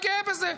אגב, אני גאה בזה.